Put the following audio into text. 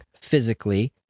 physically